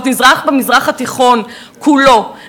אז נאמרו דברים לפרוטוקול, תודה.